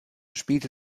spielte